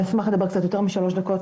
אשמח לדבר קצת יותר משלוש דקות,